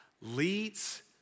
leads